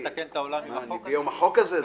אתה רוצה לתקן את העולם עם החוק הזה?